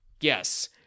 Yes